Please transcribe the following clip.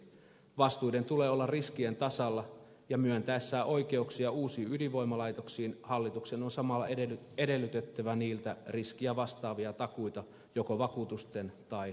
vastuiden tulee olla riskien tasalla ja myöntäessään oikeuksia uusiin ydinvoimalaitoksiin hallituksen on samalla edellytettävä niiltä riskiä vastaavia takuita joko vakuutusten tai rahastojen avulla